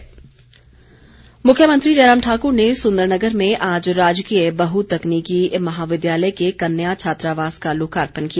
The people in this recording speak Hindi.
छात्रावास मुख्यमंत्री जयराम ठाक्र ने सुंदरनगर में आज राजकीय बहतकनीकी महाविद्यालय के कन्या छात्रावास का लोकार्पण किया